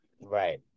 Right